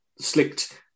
slicked